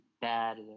bad